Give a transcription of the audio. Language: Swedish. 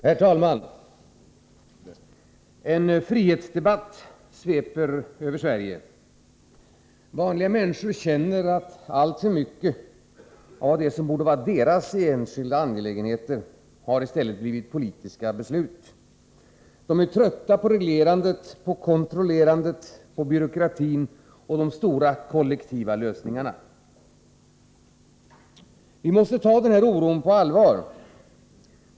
Herr talman! En frihetsdebatt sveper över Sverige. Vanliga människor känner att alltför mycket av det som borde vara deras enskilda angelägenheter har blivit politiska beslut. De är trötta på reglerandet, på kontrollerandet, på byråkratin och de stora kollektiva lösningarna. Vi måste ta den här oron på allvar.